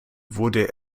wurde